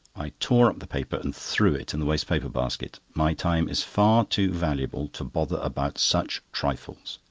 i tore up the paper and threw it in the waste-paper basket. my time is far too valuable to bother about such trifles.